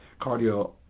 cardio